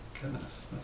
Goodness